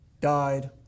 died